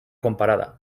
comparada